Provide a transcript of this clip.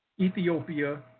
Ethiopia